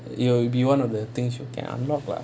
it'll be one of the things you can unlock lah